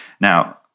Now